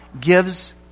gives